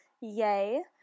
Yay